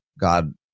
God